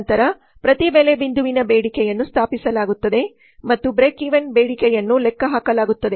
ನಂತರ ಪ್ರತಿ ಬೆಲೆ ಬಿಂದುವಿನ ಬೇಡಿಕೆಯನ್ನು ಸ್ಥಾಪಿಸಲಾಗುತ್ತದೆ ಮತ್ತು ಬ್ರೇಕ್ವೆನ್ ಬೇಡಿಕೆಯನ್ನು ಲೆಕ್ಕಹಾಕಲಾಗುತ್ತದೆ